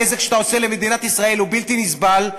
הנזק שאתה עושה למדינת ישראל הוא בלתי נסבל,